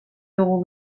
dugu